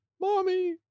Mommy